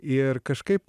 ir kažkaip